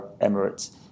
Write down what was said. Emirates